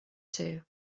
too